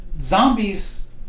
zombies